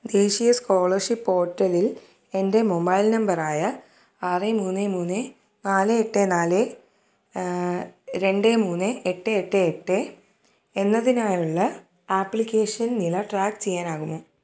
ദേശീയ സ്കോളർഷിപ്പ് പോർട്ടലിൽ എൻ്റെ മൊബൈൽ നമ്പറായ ആറ് മൂന്ന് മൂന്ന് നാല് എട്ട് നാല് രണ്ട് മൂന്ന് എട്ട് എട്ട് എട്ട് എന്നതിനായുള്ള ആപ്ലിക്കേഷൻ നില ട്രാക്ക് ചെയ്യാനാകുമോ